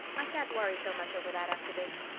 i shan't worry so much over that after this.